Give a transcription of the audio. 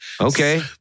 okay